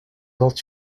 porte